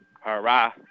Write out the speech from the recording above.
Hurrah